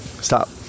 stop